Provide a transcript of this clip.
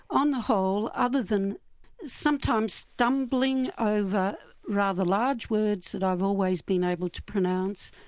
on the whole, other than sometimes stumbling over rather large words that i've always been able to pronounce,